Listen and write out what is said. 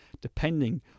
depending